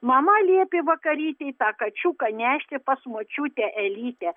mama liepė vakarytei tą kačiuką nešti pas močiutę elytę